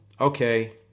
okay